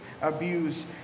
abuse